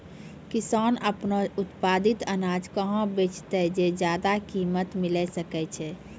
किसान आपनो उत्पादित अनाज कहाँ बेचतै जे ज्यादा कीमत मिलैल सकै छै?